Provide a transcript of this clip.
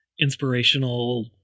inspirational